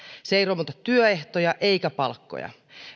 se ei romuta työehtoja eikä palkkoja